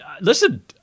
listen